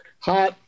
hot